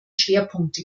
schwerpunkte